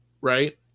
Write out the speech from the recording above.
right